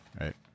right